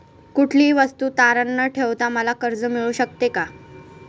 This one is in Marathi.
कुठलीही वस्तू तारण न ठेवता मला कर्ज मिळू शकते का?